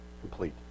complete